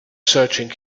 searching